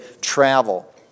travel